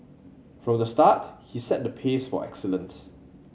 from the start he set the pace for excellence